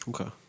Okay